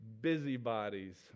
busybodies